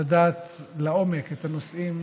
לדעת לעומק את הנושאים